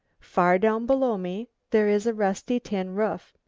far down below me there is a rusty tin roof,